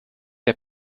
der